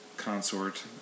consort